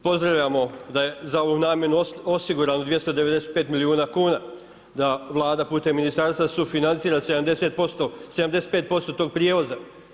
Pozdravljamo da je za ovu namjenu osigurano 295 milijuna kuna, da Vlada putem ministarstva sufinancira 75% tog prijevoza.